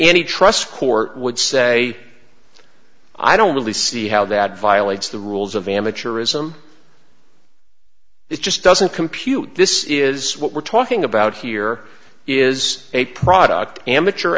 any trust court would say i don't really see how that violates the rules of amateurism it just doesn't compute this is what we're talking about here is a product amateur